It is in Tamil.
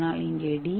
ஆனால் இங்கே டி